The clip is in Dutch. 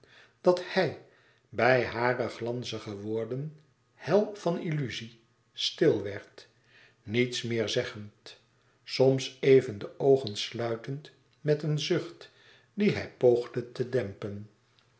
dat hij bij hare glanzige woorden hel van illuzie stil werd niets meer zeggend soms even de oogen sluitend met een zucht dien hij poogde te dempen